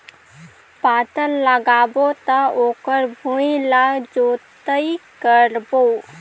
पातल लगाबो त ओकर भुईं ला जोतई करबो?